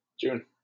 june